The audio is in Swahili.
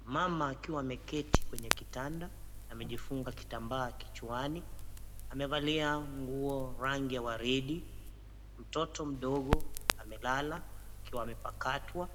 Mama akiwa ameketi kwenye kitanda amejifunga kitambaa kichwani. Amevalia nguo rangi ya waridi. Mtoto mdogo amelala akiwa amepakatwa,